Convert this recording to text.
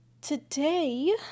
Today